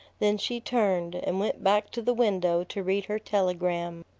then she turned, and went back to the window to read her telegram.